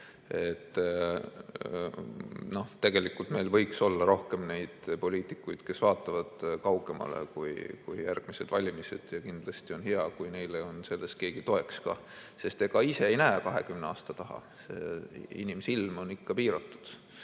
Tegelikult meil võiks olla rohkem poliitikuid, kes vaatavad kaugemale kui järgmised valimised, ja kindlasti on hea, kui neile on selles keegi toeks. Sest ega ise ei näe 20 aasta taha. Inimsilm on ikka piiratud